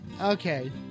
Okay